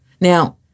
Now